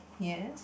yes